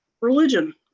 religion